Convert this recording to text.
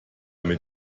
mit